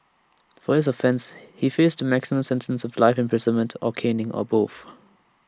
for his offence he faced A maximum sentence of life imprisonment or caning or both